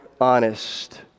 honest